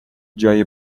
جای